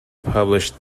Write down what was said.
published